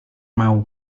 mau